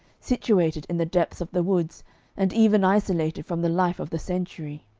situated in the depths of the woods and even isolated from the life of the century.